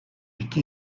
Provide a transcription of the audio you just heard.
iki